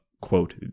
quote